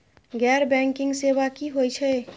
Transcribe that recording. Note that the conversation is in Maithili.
गैर बैंकिंग सेवा की होय छेय?